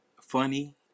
funny